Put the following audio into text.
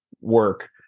work